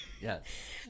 Yes